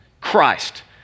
Christ